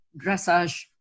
dressage